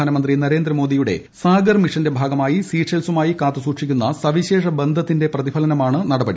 പ്രധാനമന്ത്രി നരേന്ദ്രമോദിയുടെ സാഗർമിഷന്റെ ഭാഗമായി സീഷെൽസുമായി കാത്തു സൂക്ഷിക്കുന്ന സവിശേഷ ബന്ധത്തിന്റെ പ്രതിഫലനമാണ് നടപടി